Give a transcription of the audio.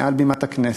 מעל בימת הכנסת,